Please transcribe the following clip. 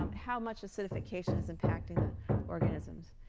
um how much acidification is impacting the organisms.